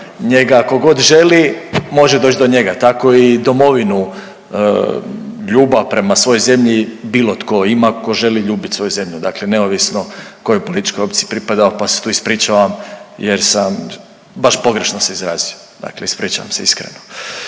njega kogod želi može doć do njega tako i domovinu ljubav prema svojoj zemlji bilo tko ima ko želi ljubit svoju zemlju, dakle neovisno kojoj političkoj opciji pripadao pa se tu ispričavam jer sam baš pogrešno se izrazio. Dakle, ispričavam se iskreno.